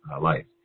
life